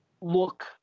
look